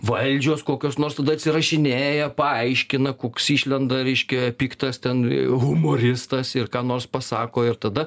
valdžios kokios nors tada atsirašinėja paaiškina koks išlenda ryškia piktas ten humoristas ir ką nors pasako ir tada